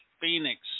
Phoenix